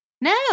No